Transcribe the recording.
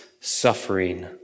suffering